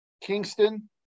Kingston